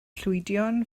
llwydion